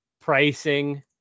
pricing